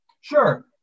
Sure